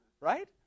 right